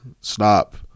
stop